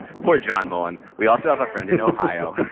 poor john moe and we also have a friend in ohio.